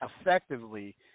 effectively